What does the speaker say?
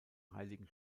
heiligen